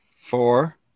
Four